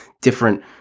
different